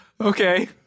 Okay